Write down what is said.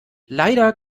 leider